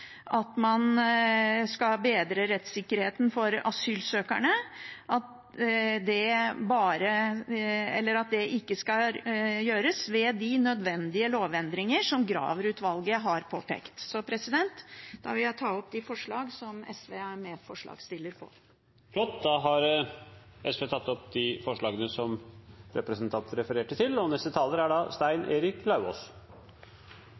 at man skal bedre rettssikkerheten for asylsøkerne, at det ikke skal gjøres ved de nødvendige lovendringene som Graver-utvalget har påpekt. Da vil jeg ta opp forslagene fra SV. Representanten Karin Andersen har tatt opp de forslagene hun refererte til. Asylinstituttet og asylprosessen er